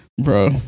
Bro